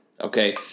okay